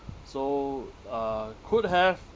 so uh could have